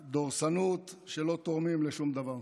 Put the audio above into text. דורסנות, שלא תורמים לשום דבר.